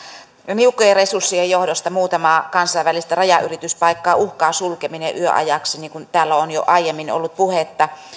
niukkojen resurssien johdosta muutamaa kansainvälistä rajanylityspaikkaa uhkaa sulkeminen yöajaksi niin kuin täällä on jo aiemmin ollut puhetta